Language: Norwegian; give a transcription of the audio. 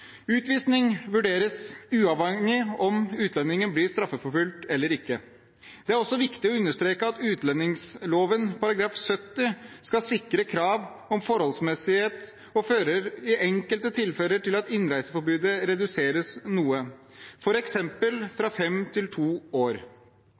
Utvisning vurderes uavhengig av om utlendingen blir straffeforfulgt eller ikke. Det er også viktig å understreke at utlendingsloven § 70 skal sikre krav om forholdsmessighet og i enkelte tilfeller fører til at innreiseforbudet reduseres noe,